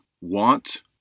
want